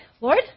Lord